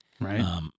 Right